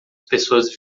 pessoas